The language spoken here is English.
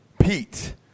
Pete